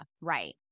right